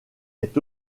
est